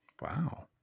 wow